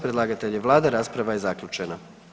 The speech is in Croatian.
Predlagatelj je Vlada, rasprava je zaključena.